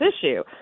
issue